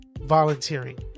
volunteering